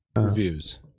reviews